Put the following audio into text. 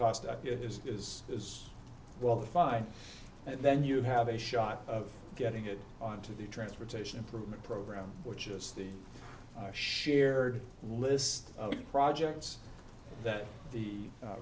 it is is is well defined and then you have a shot of getting it onto the transportation improvement program which is the shared list of projects that the